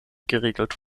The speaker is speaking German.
geregelt